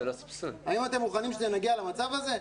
‏האם אתם מוכנים שנגיע למצב הזה?